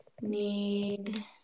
need